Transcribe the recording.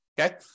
Okay